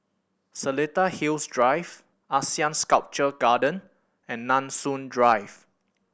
Seletar Hills Drive ASEAN Sculpture Garden and Nanson Drive